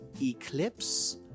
Eclipse